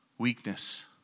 Weakness